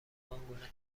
آنگونه